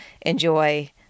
enjoy